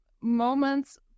moments